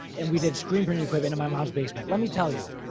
and we did screen printing equipment in my mom's basement. let me tell you,